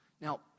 Now